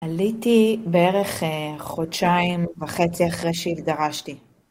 עליתי בערך חודשיים וחצי אחרי שהתגרשתי.